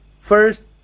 first